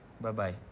Bye-bye